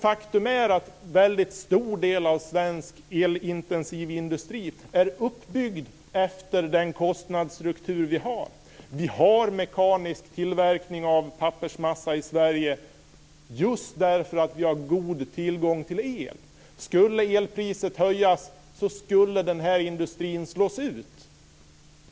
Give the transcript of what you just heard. Faktum är att en stor del av svensk elintensiv industri är uppbyggd efter den kostnadsstruktur vi har. Vi har mekanisk tillverkning av pappersmassa i Sverige, just därför att vi har god tillgång till el. Skulle elpriset höjas skulle industrin slås ut.